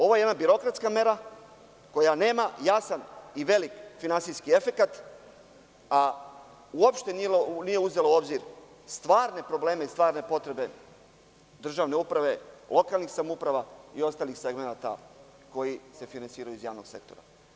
Ovo je jedna birokratska mera koja nema jasan i veliki finansijski efekat, a uopšte nije uzela u obzir stvarne probleme i stvarne potrebe državne uprave, lokalnih samouprava i stalih segmenata koji se finansiraju iz javnog sektora.